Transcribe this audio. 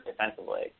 defensively